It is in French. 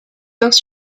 bains